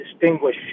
distinguish